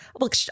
Look